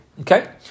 Okay